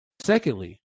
Secondly